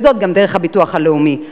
וזאת דרך הביטוח הלאומי.